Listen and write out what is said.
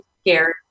scared